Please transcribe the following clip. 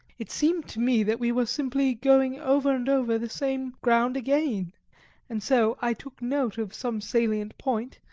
it seemed to me that we were simply going over and over the same ground again and so i took note of some salient point,